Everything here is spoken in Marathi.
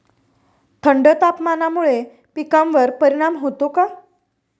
थंड तापमानामुळे पिकांवर परिणाम होतो का?